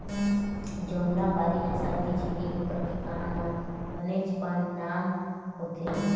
जमुनापारी नसल के छेरी बोकरा के कान ह बनेचपन लाम होथे